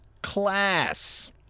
class